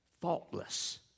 faultless